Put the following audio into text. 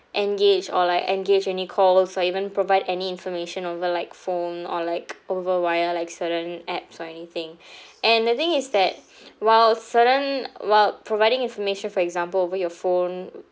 engage or like engage any calls or even provide any information over like phone or like over wire like certain apps or anything and the thing is that while certain while providing information for example over your phone